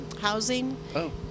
housing